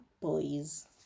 boys